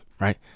right